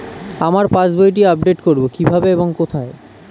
আমার পাস বইটি আপ্ডেট কোরবো কীভাবে ও কোথায়?